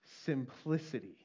Simplicity